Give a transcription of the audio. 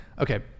Okay